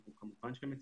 אנחנו כמובן שמציעים,